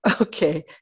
okay